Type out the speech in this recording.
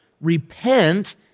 repent